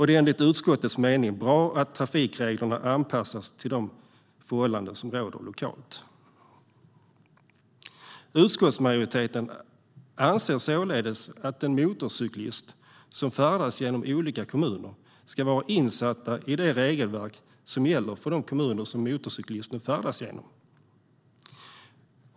Det är enligt utskottets mening bra att trafikreglerna anpassas till de förhållanden som råder lokalt." Utskottsmajoriteten anser således att en motorcyklist som färdas genom olika kommuner ska vara insatt i de regelverk som gäller för de kommuner som motorcyklisten färdas genom.